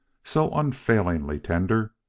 so unfailingly tender,